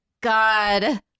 God